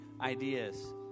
ideas